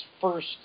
first